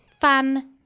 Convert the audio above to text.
fan